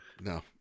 no